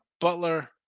Butler